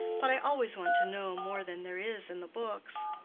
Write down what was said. but i always want to know more than there is in the books.